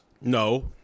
No